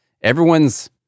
Everyone's